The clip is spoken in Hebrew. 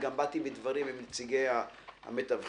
גם באתי בדברים עם נציגי המתווכים.